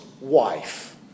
wife